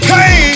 Hey